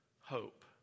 hope